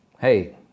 Hey